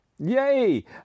Yay